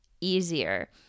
easier